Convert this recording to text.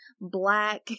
black